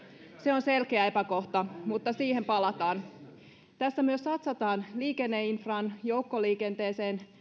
se on selkeä epäkohta mutta siihen palataan tässä myös satsataan liikenneinfraan joukkoliikenteeseen